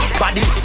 body